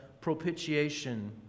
propitiation